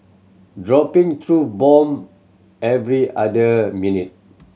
dropping truth bomb every other minute